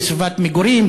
לסביבת מגורים,